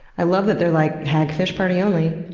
i love that they're like, hagfish party only.